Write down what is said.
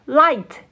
light